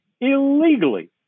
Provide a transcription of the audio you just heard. illegally